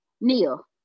Neil